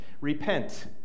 Repent